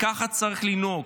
וככה צריך לנהוג.